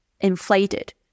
inflated